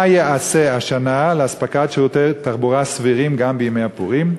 1. מה ייעשה לאספקת שירותי תחבורה סבירים גם בימי הפורים?